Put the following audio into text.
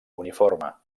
uniforme